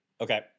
Okay